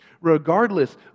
Regardless